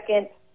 second